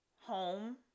home